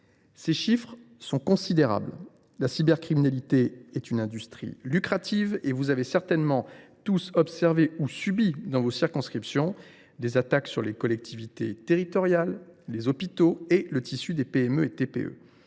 Ces chiffres sont considérables. La cybercriminalité est devenue une industrie lucrative et vous avez certainement tous observé ou subi, dans vos circonscriptions, des attaques sur les collectivités territoriales, les hôpitaux et le tissu des petites